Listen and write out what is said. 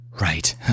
Right